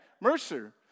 Mercer